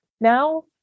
Now